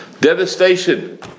Devastation